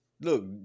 Look